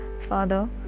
Father